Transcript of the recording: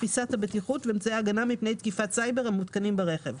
תפישת הבטיחות ואמצעי ההגנה פני תקיפת סייבר המותקנים ברכב.